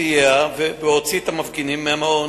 סייע והוציא את המפגינים מהמעון.